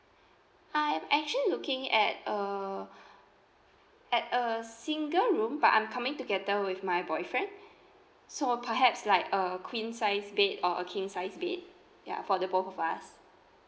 I'm actually looking at err at a single room but I'm coming together with my boyfriend so perhaps like a queen size bed or a king size bed ya for the both of us